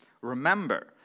Remember